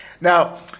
Now